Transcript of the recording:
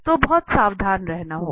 तो बहुत सावधान रहना होगा